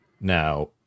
Now